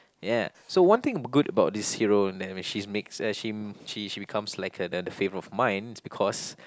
yeah so one thing good about this hero is that she makes she she becomes like the the favourite of mine is because